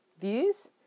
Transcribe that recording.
views